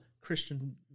Christian